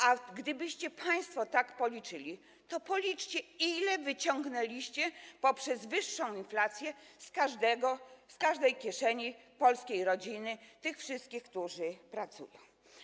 A gdybyście państwo tak policzyli - policzcie to - ile wyciągnęliście poprzez wyższą inflację z każdej kieszeni polskiej rodziny, tych wszystkich, którzy pracują.